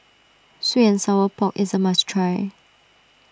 Sweet and Sour Pork is a must try